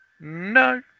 No